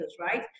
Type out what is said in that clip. right